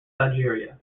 algeria